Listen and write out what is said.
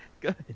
good